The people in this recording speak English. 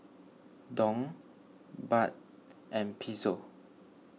Dong Baht and Peso